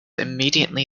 immediately